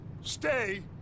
Stay